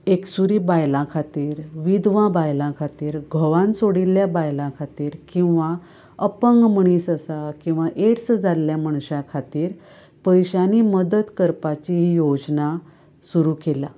एकसुरी बायलां खातीर विधवां बायलां खातीर घोवान सोडिल्ल्या बायलां खातीर किंवां अपंग मनीस आसा किंवां एड्स जाल्ल्या मनशां खातीर पयशांनी मदत करपाची योजना सुरू केला